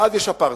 ואז יש אפרטהייד.